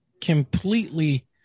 completely